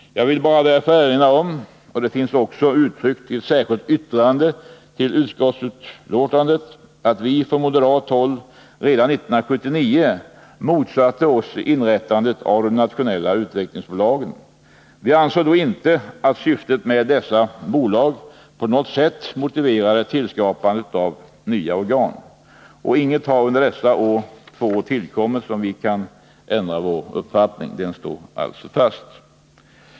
Jag vill bara erinra om — och detta finns också uttryckt i ett särskilt yttrande till utskottsbetänkandet — att vi från moderat håll redan 1979 motsatte oss inrättandet av de nationella utvecklingsbolagen. Vi ansåg då inte att syftet med dessa bolag på något sätt motiverade tillskapandet av nya organ. Ingenting har under dessa två år tillkommit som gör att vi skulle ändra vår uppfattning — den står alltså fast.